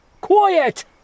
Quiet